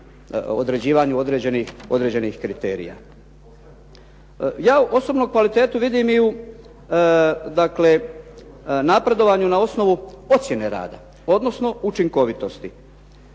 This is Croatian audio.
određivanju određenih kriterija. Ja osobno kvalitetu vidim i u napredovanju na osnovu ocjene rada, odnosno učinkovitosti